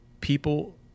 people